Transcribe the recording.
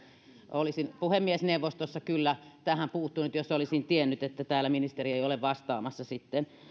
olisin puhemiesneuvostossa kyllä tähän puuttunut jos olisin tiennyt että täällä ministeri ei ole vastaamassa sitten